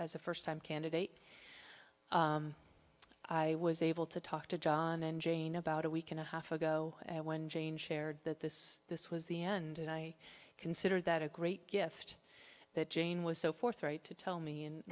as a first time candidate i was able to talk to john and jane about a week and a half ago when jane shared that this this was the end and i consider that a great gift that jane was so forthright to tell me